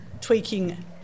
tweaking